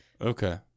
Okay